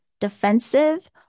defensive